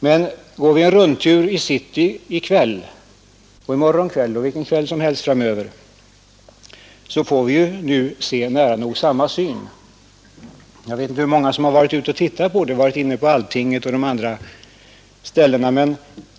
Men går vi en rundtur i Stockholms city i kväll — eller i morgon kväll eller vilken kväll som helst framöver — kan vi nu se nära nog samma syn. Jag vet inte hur många av ledamöterna som varit inne på Alltinget och de andra ställena.